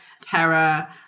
terror